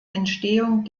entstehung